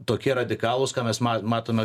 tokie radikalūs ką mes ma matome